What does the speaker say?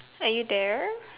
are you there